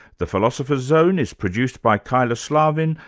the philosopher's zone is produced by kyla slaven,